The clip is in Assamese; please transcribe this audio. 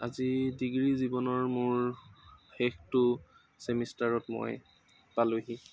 আজি ডিগ্ৰী জীৱনৰ মোৰ শেষটো ছেমিষ্টাৰত মই পালোহি